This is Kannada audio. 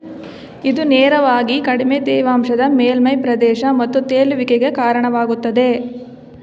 ಇದು ನೇರವಾಗಿ ಕಡಿಮೆ ತೇವಾಂಶದ ಮೇಲ್ಮೈ ಪ್ರದೇಶ ಮತ್ತು ತೇಲುವಿಕೆಗೆ ಕಾರಣವಾಗುತ್ತದೆ